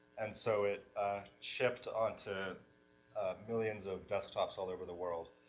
and so it shipped onto millions of desktops all over the world.